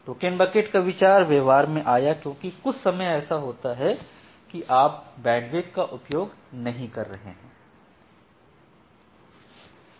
token bucket का विचार व्यवहार में आया क्योंकि कुछ समय ऐसा होता है कि आप बैंडविड्थ का उपयोग नहीं कर रहे हैं